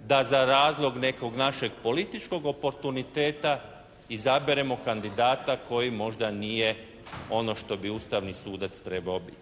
da za razlog nekog našeg političkog oportuniteta izaberemo kandidata koji možda nije ono što bi ustavni sudac trebao biti.